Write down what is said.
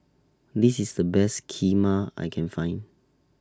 This IS The Best Kheema I Can Find